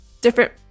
different